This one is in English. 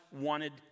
wanted